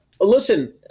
Listen